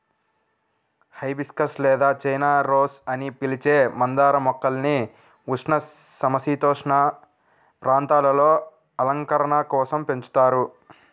hibiscus లేదా China rose అని పిలిచే మందార మొక్కల్ని ఉష్ణ, సమసీతోష్ణ ప్రాంతాలలో అలంకరణ కోసం పెంచుతారు